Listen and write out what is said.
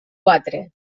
quatre